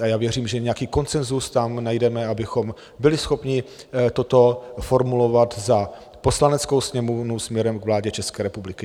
A já věřím, že nějaký konsenzus tam najdeme, abychom byli schopni toto formulovat za Poslaneckou sněmovnu směrem k vládě České republiky.